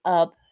up